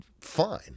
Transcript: fine